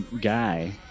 guy